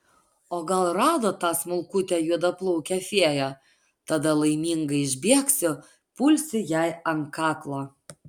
o gal rado tą smulkutę juodaplaukę fėją tada laiminga išbėgsiu pulsiu jai ant kaklo